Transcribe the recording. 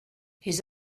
his